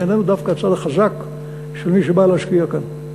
איננו דווקא הצד החזק של מי שבא להשקיע כאן.